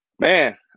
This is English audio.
man